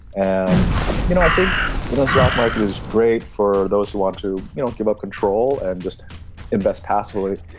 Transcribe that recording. and you know i think the you know stock market is great for those who want to you know give up control and just invest passively.